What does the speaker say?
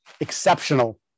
exceptional